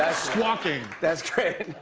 squawking. that's great.